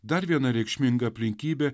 dar viena reikšminga aplinkybė